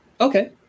Okay